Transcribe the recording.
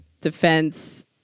defense